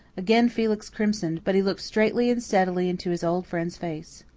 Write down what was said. again felix crimsoned but he looked straightly and steadily into his old friend's face.